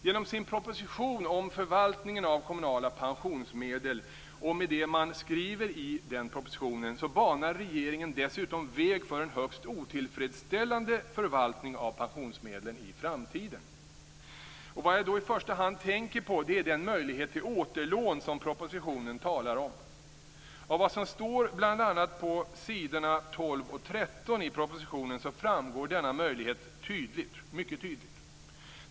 Genom sin proposition om förvaltningen av kommunala pensionsmedel och med det man skriver i den propositionen banar regeringen dessutom väg för en högst otillfredsställande förvaltning av pensionsmedlen i framtiden. Vad jag då i första hand tänker på är den möjlighet till återlån som propositionen talar om. Av vad som står bl.a. på s. 12 och 13 i propositionen framgår denna möjlighet mycket tydligt.